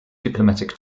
diplomatic